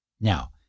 Now